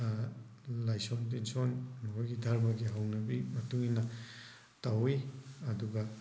ꯂꯥꯏꯁꯣꯟ ꯇꯤꯟꯁꯣꯟ ꯃꯈꯣꯏꯒꯤ ꯙꯔꯃꯒꯤ ꯍꯧꯅꯤꯕꯤ ꯃꯇꯨꯡ ꯏꯟꯅ ꯇꯧꯋꯤ ꯑꯗꯨꯒ